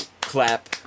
clap